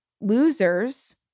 losers